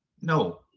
No